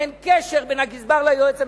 אין קשר בין הגזבר ליועץ המשפטי.